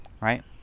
Right